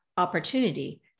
opportunity